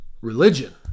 religion